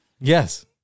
Yes